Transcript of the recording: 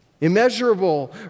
Immeasurable